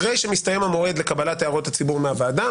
אחרי שמסתיים המועד לקבלת הערות הציבור בוועדה,